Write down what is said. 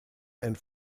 and